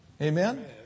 Amen